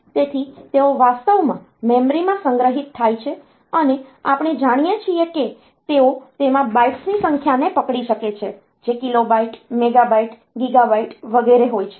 તેથી તેઓ વાસ્તવમાં મેમરીમાં સંગ્રહિત થાય છે અને આપણે જાણીએ છીએ કે તેઓ તેમાં બાઈટ્સની સંખ્યાને પકડી શકે છે જે કિલોબાઈટ મેગાબાઈટ ગીગાબાઈટ વગેરે હોય છે